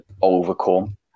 overcome